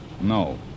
No